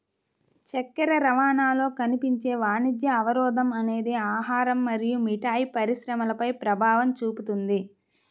చక్కెర రవాణాలో కనిపించే వాణిజ్య అవరోధం అనేది ఆహారం మరియు మిఠాయి పరిశ్రమపై ప్రభావం చూపుతుంది